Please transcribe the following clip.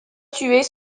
tués